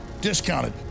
discounted